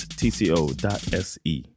tco.se